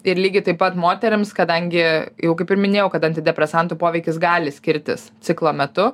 ir lygiai taip pat moterims kadangi jau kaip ir minėjau kad antidepresantų poveikis gali skirtis ciklo metu